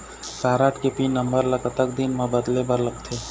Card के pin number ला कतक दिन म बदले बर लगथे?